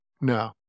No